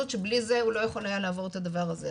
שבלי זה הוא לא יכול היה לעבור את הדבר הזה,